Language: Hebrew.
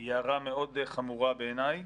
היא הערה מאוד חמורה בעיניי.